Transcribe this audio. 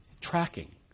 tracking